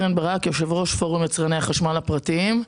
אני יושבת-ראש פורום יצרני החשמל הפרטיים.